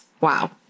Wow